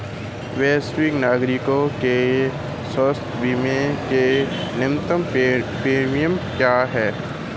वरिष्ठ नागरिकों के स्वास्थ्य बीमा के लिए न्यूनतम प्रीमियम क्या है?